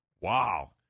Wow